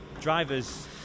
drivers